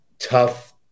tough